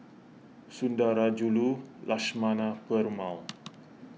Sundarajulu Lakshmana Perumal